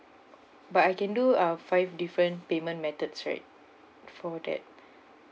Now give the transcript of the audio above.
but I can do uh five different payment methods right for that